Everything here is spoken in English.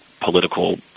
political